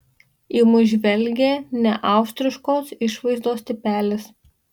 į mus žvelgė neaustriškos išvaizdos tipelis